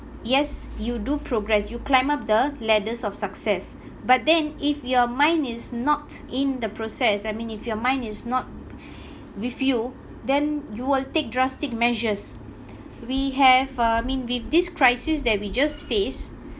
yes you do progress you climb up the ladders of success but then if your mind is not in the process I mean if your mind is not with you then you will take drastic measures we have uh I mean with this crisis that we just face